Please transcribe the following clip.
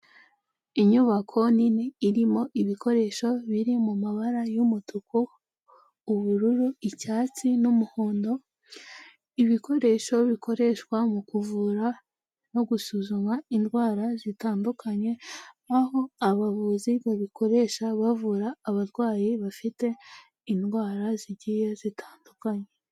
Inyubako nini irimo ibikoresho biri mu mabara y'umutuku, ubururu, icyatsi n'umuhondo. Ibikoresho bikoreshwa mu kuvura no gusuzuma indwara zitandukanye, aho abavuzi babikoresha bavura abarwayi bafite indwara zigiye zitandukanye.